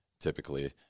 typically